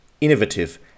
innovative